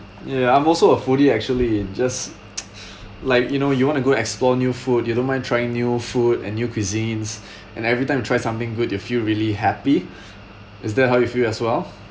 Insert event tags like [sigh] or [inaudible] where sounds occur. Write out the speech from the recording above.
ya I'm also a foodie actually just [noise] like you know you want to go explore new food you don't mind trying new food and new cuisines and every time you try something good you feel really happy is that how you feel as well